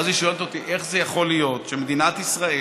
והיא שואלת אותי: איך זה יכול להיות שמדינת ישראל,